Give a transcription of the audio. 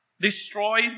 destroy